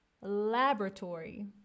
Laboratory